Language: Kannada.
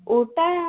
ಊಟ